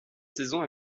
saison